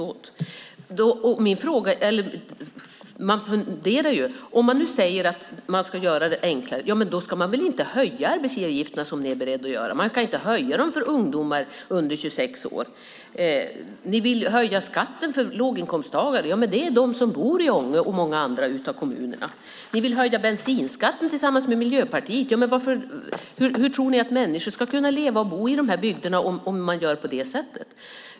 Om ni, Hans Stenberg, säger att ni ska göra det hela enklare så ska ni väl inte höja arbetsgivaravgifterna, som ni är beredda att göra? Man kan inte höja dem för ungdomar under 26 år. Ni vill höja skatten för låginkomsttagare. Det handlar om dem som bor i Ånge och många andra av dessa kommuner. Ni vill tillsammans med Miljöpartiet höja bensinskatten. Hur tror ni att människor ska kunna leva och bo i de bygderna om ni gör på det sättet?